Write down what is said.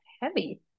heavy